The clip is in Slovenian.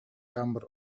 kamor